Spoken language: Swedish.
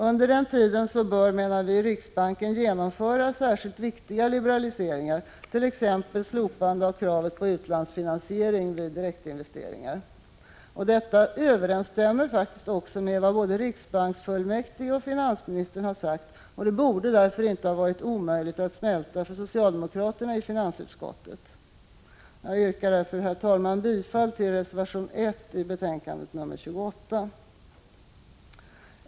Under tiden bör riksbanken genomföra särskilt viktiga liberaliseringar, t.ex. slopande av kravet på utlandsfinansiering vid direktinvesteringar. Detta överensstämmer faktiskt också med vad både riksbanksfullmäktige och finansministern har sagt, och det borde därför inte ha varit omöjligt att smälta för socialdemokraterna i finansutskottet. Jag yrkar därför, herr talman, bifall till reservation 1 vid betänkande 28.